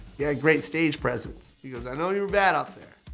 yeah great stage presence. he goes, i know you were bad out there,